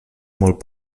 molt